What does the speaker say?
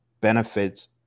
benefits